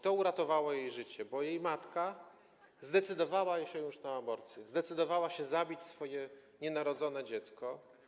To uratowało jej życie, bo jej matka zdecydowała się już na aborcję, zdecydowała się zabić swoje nienarodzone dziecko.